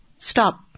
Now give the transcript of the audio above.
Stop